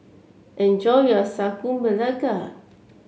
enjoy your Sagu Melaka